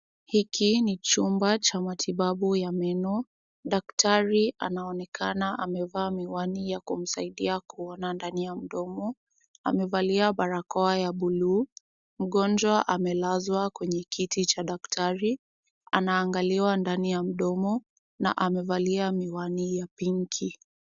Hiki ni chumba cha matibabu ya meno. Daktari anaonekana amevaa miwani ya kumsaidia kuona ndani ya mdomo. Amevalia barakoa ya buluu. Mgonjwa amelazwa kwenye kiti cha daktari, anaangaliwa ndani ya mdomo na amevalia miwani ya pinki.